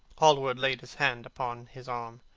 hallward laid his hand upon his arm.